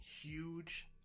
huge